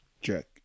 check